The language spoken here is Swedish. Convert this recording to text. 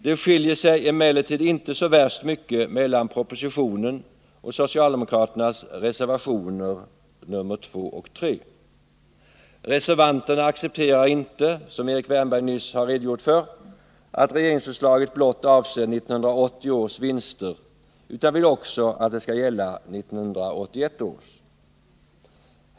Propositionen och socialdemokraternas reservationer 2 och 3 skiljer sig emellertid inte så värst mycket från varandra. Reservanterna accepterar inte, som Erik Wärnberg nyss redogjorde för, att regeringsförslaget blott avser 1980 års vinster, utan vill att det skall gälla även 1981 års vinster.